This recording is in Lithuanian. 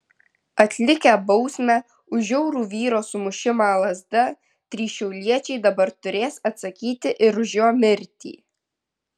atlikę bausmę už žiaurų vyro sumušimą lazda trys šiauliečiai dabar turės atsakyti ir už jo mirtį